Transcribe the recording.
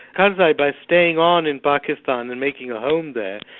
karzai, by staying on in pakistan and making a home there,